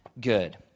good